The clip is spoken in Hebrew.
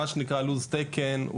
מה שנקרא לו"ז תקן,